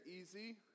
easy